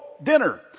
dinner